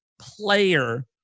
player